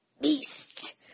Beast